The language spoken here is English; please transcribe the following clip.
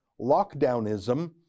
lockdownism